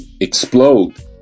explode